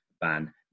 ban